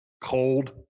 cold